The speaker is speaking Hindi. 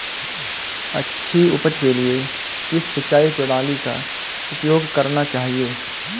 अच्छी उपज के लिए किस सिंचाई प्रणाली का उपयोग करना चाहिए?